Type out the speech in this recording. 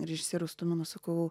režisieriaus tumino sakau